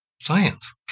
science